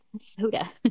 Soda